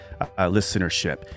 listenership